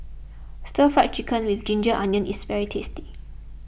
Stir Fry Chicken with Ginger Onions is very tasty